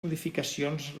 modificacions